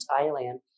Thailand